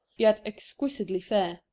yet exquisitely fair.